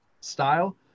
style